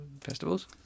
festivals